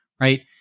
right